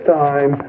time